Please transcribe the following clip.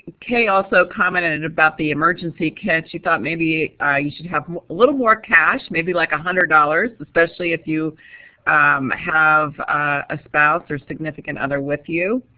kay also commented about the emergency kit she thought maybe you should have a little more cash, maybe like one hundred dollars, especially if you have a spouse or significant other with you.